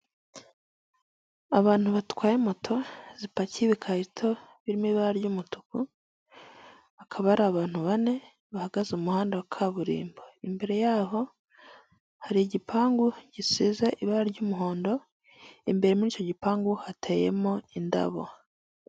Abantu batwaye moto zipakiye ibikarito birimo ibara ry'umutuku, akaba ari abantu bane bahagaze mu muhanda wa kaburimbo, imbere yaho hari igipangu gisize ibara ry'umuhondo, imbere muri icyo gipangu hateyemo indabo.